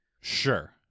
Sure